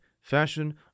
fashion